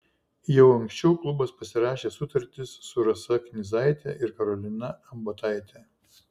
jau anksčiau klubas pasirašė sutartis su rasa knyzaite ir karolina ambotaite